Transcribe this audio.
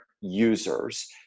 users